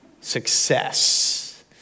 success